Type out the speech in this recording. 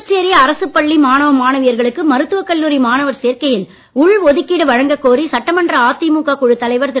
புதுச்சேரி அரசுப் பள்ளி மாணவ மாணவியர்களுக்கு மருத்துவக் கல்லூரி மாணவர் சேர்க்கையில் உள் ஒதுக்கீடு வழங்கக் கோரி சட்டமன்ற அதிமுக குழுத் தலைவர் திரு